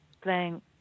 playing